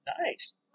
Nice